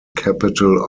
capital